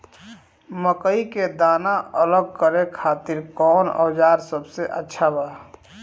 मकई के दाना अलग करे खातिर कौन औज़ार सबसे अच्छा बा?